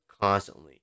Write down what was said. constantly